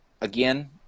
again